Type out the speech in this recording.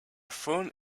phone